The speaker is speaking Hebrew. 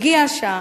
הגיעה השעה,